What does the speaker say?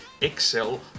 Excel